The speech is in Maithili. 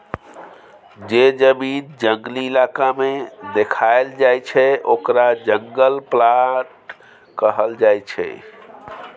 जे जमीन जंगली इलाका में देखाएल जाइ छइ ओकरा जंगल प्लॉट कहल जाइ छइ